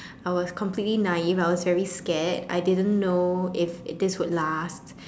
I was completely naive I was very scared I didn't know if this would last